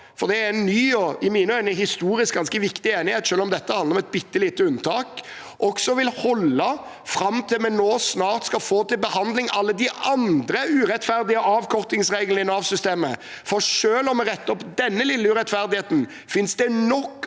for det er en ny og i mine øyne historisk ganske viktig enighet, selv om det handler om et bitte lite unntak – vil holde fram til vi snart skal få til behandling alle de andre urettferdige avkortingsreglene i Nav-systemet. Selv om vi retter opp denne lille urettferdigheten, finnes det nok